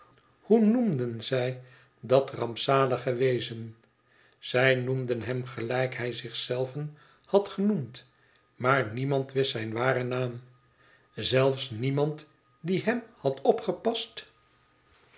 hoe noemden zij dat rampzalige wezen zij noemden hem gelijk hij zich zelven had genoemd maar niemand wist zijn waren naam zelfs niemand die hem had opgepast